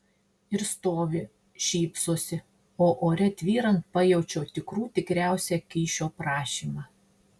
ir stovi šypsosi o ore tvyrant pajaučiau tikrų tikriausią kyšio prašymą